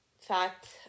fact